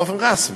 באופן רשמי,